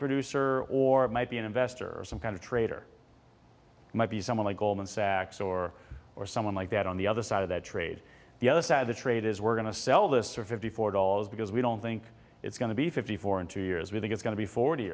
producer or it might be an investor or some kind of trader it might be someone like goldman sachs or or someone like that on the other side of that trade the other side of the trade is we're going to sell this or fifty four dollars because we don't think it's going to be fifty four in two years we think it's going to be forty